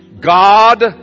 God